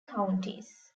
counties